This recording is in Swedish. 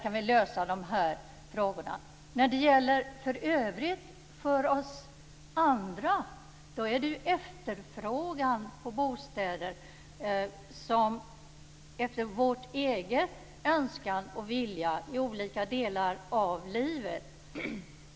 När det gäller oss andra handlar det ju om efterfrågan på bostäder, våra egna önskemål och vår egen vilja i olika delar av livet.